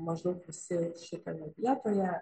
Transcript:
maždaug visi šitoje vietoje